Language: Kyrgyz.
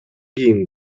кийин